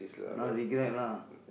now regret lah